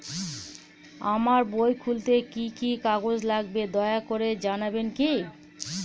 আমার বই খুলতে কি কি কাগজ লাগবে দয়া করে জানাবেন কি?